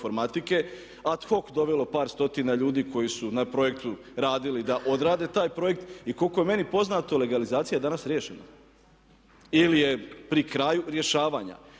ad hoh dovelo par stotina ljudi koji su na projektu radili da odrade taj projekt i koliko je meni poznato legalizacija je danas riješena ili je pri kraju rješavanja.